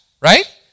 right